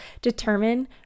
determine